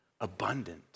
abundant